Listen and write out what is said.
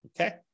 Okay